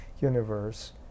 universe